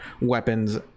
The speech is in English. weapons